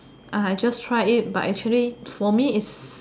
ah I just try it but actually for me is